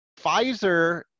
Pfizer